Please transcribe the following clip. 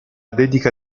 dedica